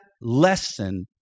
lesson